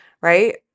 right